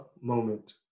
moment